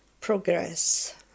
progress